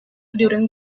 during